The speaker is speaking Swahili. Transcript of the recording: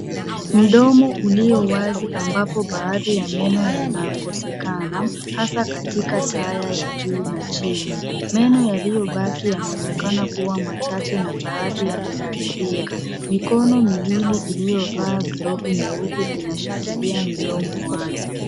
Mdomo ulio wazi ambapo baadhi ya meno yanakosekana, hasa katika taya ya juu na chini. Meno yaliyobaki yanaonekana kuwa machache na baadhi yameharibika. Mikono miwili iliyovaa glavu nyeupe inashikilia midomo wazi.